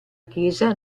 chiesa